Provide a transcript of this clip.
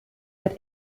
wird